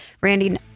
Randy